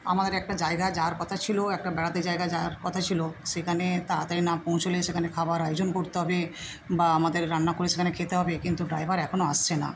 আমার একটা জায়গা যাওয়ার কথা ছিলো একটা বেড়াতে জায়গায় যাওয়ার কথা ছিলো সেখানে তাড়াতাড়ি না পৌঁছোলে সেখানে খাবার আয়োজন করতে হবে বা আমাদের রান্না করে সেখানে খেতে হবে কিন্তু ড্রাইভার এখনও আসছে না